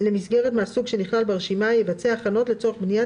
למסגרת מהסוג שנכלל ברשימה יבצע הכנות לצורך בניית